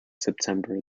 september